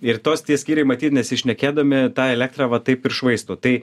ir tos tie skyriai matyt nesišnekėdami tą elektrą vat taip ir švaisto tai